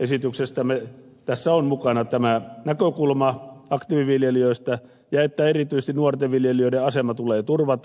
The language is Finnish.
esityksestämme tässä on mukana tämä näkökulma aktiiviviljelijöistä ja siitä että erityisesti nuorten viljelijöiden asema tulee turvata